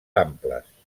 amples